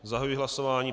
Zahajuji hlasování.